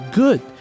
good